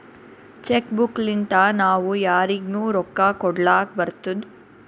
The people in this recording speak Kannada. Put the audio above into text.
ಚೆಕ್ ಬುಕ್ ಲಿಂತಾ ನಾವೂ ಯಾರಿಗ್ನು ರೊಕ್ಕಾ ಕೊಡ್ಲಾಕ್ ಬರ್ತುದ್